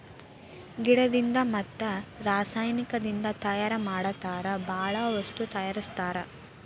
ಗಿಡದಿಂದ ಮತ್ತ ರಸಾಯನಿಕದಿಂದ ತಯಾರ ಮಾಡತಾರ ಬಾಳ ವಸ್ತು ತಯಾರಸ್ತಾರ